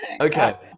Okay